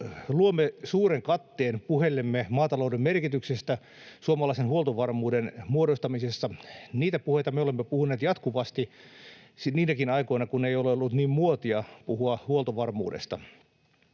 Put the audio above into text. luomme suuren katteen puheillemme maatalouden merkityksestä suomalaisen huoltovarmuuden muodostamisessa. Niitä puheita me olemme puhuneet jatkuvasti, niinäkin aikoina, kun ei ole ollut niin muotia puhua huoltovarmuudesta.